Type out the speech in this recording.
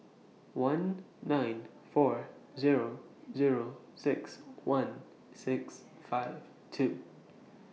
one nine four Zero Zero six one six five two